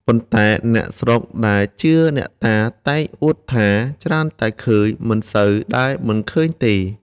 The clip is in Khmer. ប៉ុន្តែអ្នកស្រុកដែលជឿអ្នកតា តែងអួតថា ច្រើនតែឃើញ មិនសូវដែលមិនឃើញទេ ។